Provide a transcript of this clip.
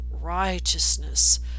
righteousness